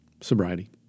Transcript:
Sobriety